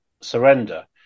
surrender